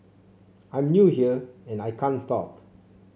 I'm new here and I can't talk